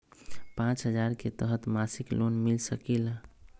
पाँच हजार के तहत मासिक लोन मिल सकील?